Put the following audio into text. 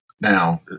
now